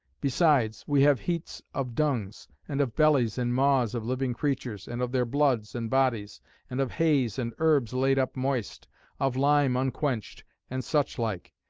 besides, we have heats of dungs and of bellies and maws of living creatures, and of their bloods and bodies and of hays and herbs laid up moist of lime unquenched and such like.